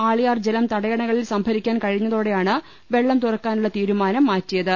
ആളിയാർ ജലം തടയണകളിൽ സംഭരിക്കാൻ കഴിഞ്ഞതോടെയാണ് വെള്ളം തുറക്കാനുള്ള തീരുമാനം മാറ്റിയത്